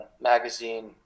magazine